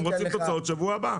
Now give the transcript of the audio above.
הם רוצים תוצאות בשבוע הבא.